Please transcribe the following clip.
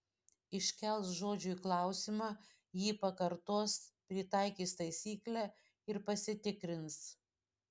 iškels žodžiui klausimą jį pakartos pritaikys taisyklę ir pasitikrins